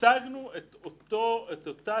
הצגנו את אותה